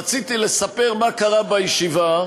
רציתי לספר מה קרה בישיבה,